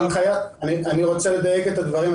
אני רוצה לדייק את הדברים.